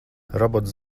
robots